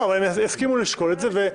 הם יסכימו לשקול את זה.